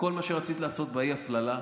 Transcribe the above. בכל מה שרצית לעשות באי-הפללה,